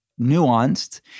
nuanced